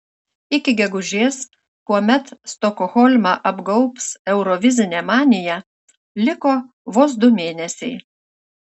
iki gegužės kuomet stokholmą apgaubs eurovizinė manija liko vos du mėnesiai